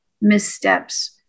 missteps